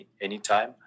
anytime